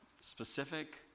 specific